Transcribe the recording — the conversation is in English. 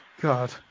God